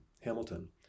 Hamilton